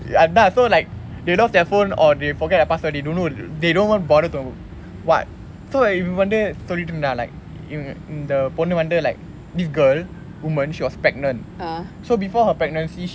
அதான்:athaan so like they lost their phone or they forget the password they don't they don't even bother to what so இவன் வந்து சொல்லிட்டு இருந்தேன்:ivan vanthu sollittu irunthaan like இ~ இந்த பொன்னு வந்து:i~ intha ponnu vanthu like this girl woman she was pregnant so before her pregnancy she